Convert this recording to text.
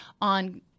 on